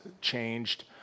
changed